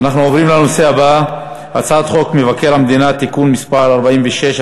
אנחנו עוברים לנושא הבא: הצעת חוק מבקר המדינה (תיקון מס' 46),